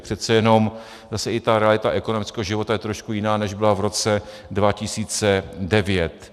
Přece jenom i ta realita ekonomického života je trošku jiná, než byla v roce 2009.